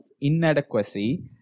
inadequacy